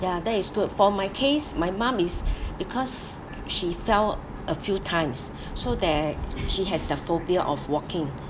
ya that is good for my case my mum is because she fell a few times so that she has the phobia of walking